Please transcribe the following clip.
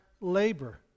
labor